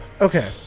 Okay